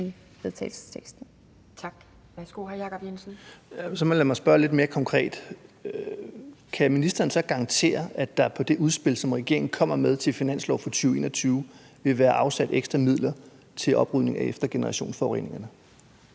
Kan ministeren så garantere, at der på det udspil, som regeringen kommer med til finanslov for 2021, vil være afsat ekstra midler til oprydning efter generationsforureningerne?